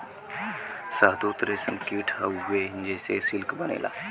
शहतूत रेशम कीट हउवे जेसे सिल्क बनेला